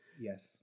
Yes